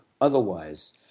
otherwise